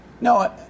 No